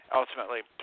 ultimately